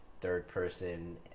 third-person